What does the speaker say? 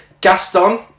Gaston